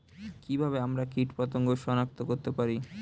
কিভাবে আমরা কীটপতঙ্গ সনাক্ত করতে পারি?